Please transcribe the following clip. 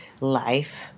life